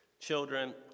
children